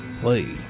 play